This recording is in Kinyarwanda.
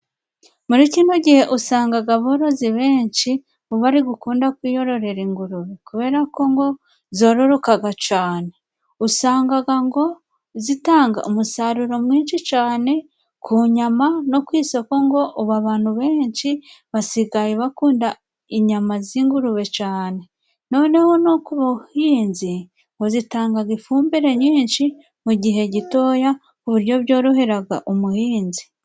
Muri kino gihe usangaga aborozi benshi ngo bari gukunda kwiyororera ingurube. Kubera ko ngo zororokaga cane. Usangaga ngo zitanga umusaruro mwinshi cane, ku nyama no ku isoko ngo ubu abantu benshi basigaye bakunda inyama z'ingurube cane. Noneho no ku buhinzi ngo zitangaga ifumbire nyinshi mu gihe gitoya, ku buryo byoroheraga umuhinzi.